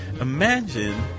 Imagine